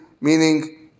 meaning